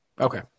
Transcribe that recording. Okay